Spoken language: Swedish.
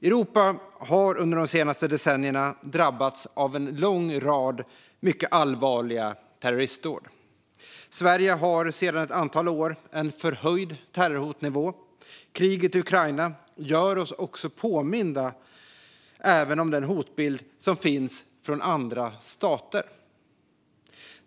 Europa har under de senaste decennierna drabbats av en lång rad mycket allvarliga terroristdåd. Sverige har sedan ett antal år en förhöjd terrorhotnivå. Kriget i Ukraina gör oss också påminda även om den hotbild som finns från andra stater.